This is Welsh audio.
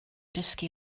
dysgu